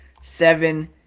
seven